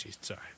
sorry